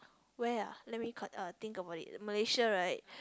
where ah let me con~ uh think about it Malaysia right